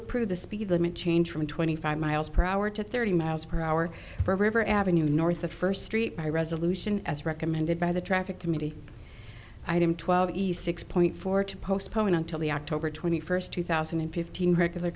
approve the speed limit change from twenty five miles per hour to thirty miles our river avenue north of first street by resolution as recommended by the traffic committee item twelve east six point four to postpone until the october twenty first two thousand and fifteen regular